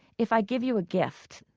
if i give you a gift,